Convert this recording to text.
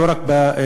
לא רק בכפרים,